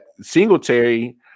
Singletary